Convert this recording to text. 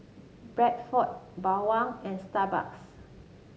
Bradford Bawang and Starbucks